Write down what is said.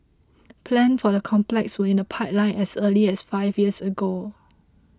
plans for the complex were in the pipeline as early as five years ago